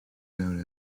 known